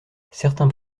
certains